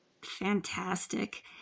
Fantastic